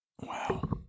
Wow